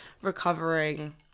recovering